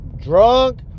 drunk